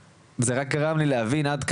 זה רק גרם לי להבין עד כמה,